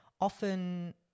Often